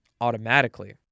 automatically